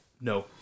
no